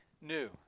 new